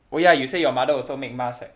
oh ya you say your mother also make mask right